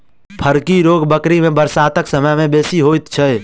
फड़की रोग बकरी मे बरसातक समय मे बेसी होइत छै